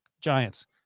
Giants